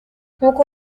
nk’uko